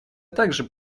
также